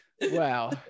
Wow